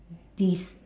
des~